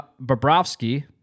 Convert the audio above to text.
bobrovsky